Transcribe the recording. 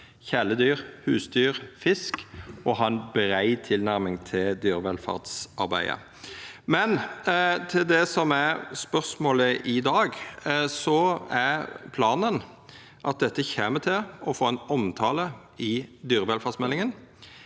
kjæledyr, husdyr, fisk – og ha ei brei tilnærming til dyrevelferdsarbeidet. Men til det som er spørsmålet i dag: Planen er at dette kjem til å få omtale i dyrevelferdsmeldinga.